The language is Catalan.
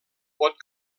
pot